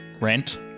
rent